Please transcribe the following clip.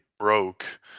broke